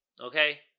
Okay